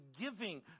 giving